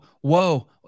whoa